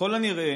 ככל הנראה,